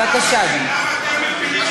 בבקשה, אדוני.